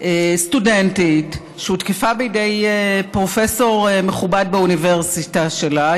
סטודנטית שהותקפה בידי פרופסור מכובד באוניברסיטה שלה,